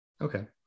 Okay